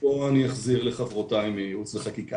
פה אני אחזיר את רשות הדיבור לחברותיי מייעוץ וחקיקה.